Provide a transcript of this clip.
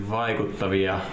vaikuttavia